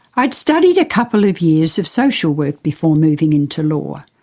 i'd studied a couple of years of social work before moving into law.